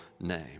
name